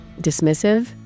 dismissive